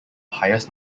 highest